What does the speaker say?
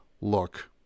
look